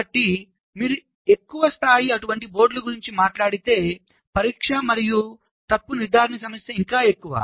కాబట్టి మీరు ఇంకా ఎక్కువ స్థాయి అటువంటి బోర్డుల గురించి మాట్లాడితే పరీక్ష మరియు తప్పు నిర్ధారణ సమస్య ఇంకా ఎక్కువ